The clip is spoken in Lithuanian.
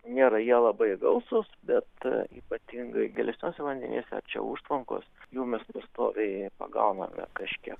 nėra jie labai gausus bet ypatingai gilesniuose vandenyse arčiau užtvankos jų mes pastoviai pagauname kažkiek